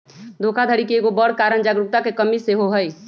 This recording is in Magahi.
धोखाधड़ी के एगो बड़ कारण जागरूकता के कम्मि सेहो हइ